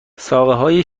ساقههای